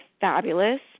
fabulous